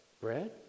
bread